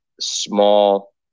small